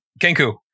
Kenku